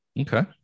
Okay